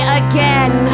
again